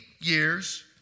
years